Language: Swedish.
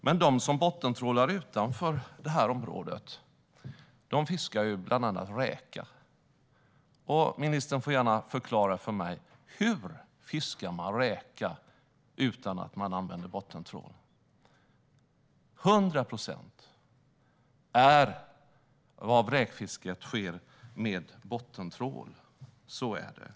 Men de som bottentrålar utanför det området fiskar bland annat räka. Ministern får gärna förklara för mig: Hur fiskar man räka utan att använda bottentrål? 100 procent av räkfisket sker med bottentrål - så är det.